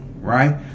right